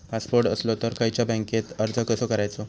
Passport असलो तर खयच्या बँकेत अर्ज कसो करायचो?